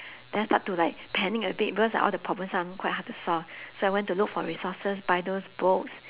then I start to like panic a bit because like all the problem sum quite hard to solve so I went to look for resources buy those books